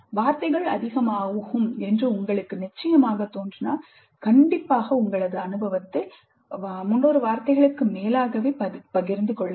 வார்த்தைகள் அதிகமாகும் என்று உங்களுக்கு நிச்சயமாக தோன்றினால் கண்டிப்பாக உங்களது அனுபவத்தை பகிர்ந்து கொள்ளவும்